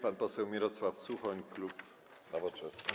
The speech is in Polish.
Pan poseł Mirosław Suchoń, klub Nowoczesna.